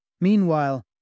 Meanwhile